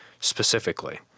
specifically